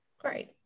Great